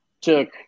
took